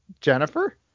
Jennifer